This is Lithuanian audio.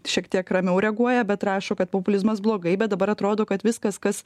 šiek tiek ramiau reaguoja bet rašo kad populizmas blogai bet dabar atrodo kad viskas kas